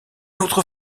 autre